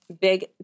big